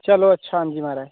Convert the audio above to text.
चलो अच्छा हां जी महाराज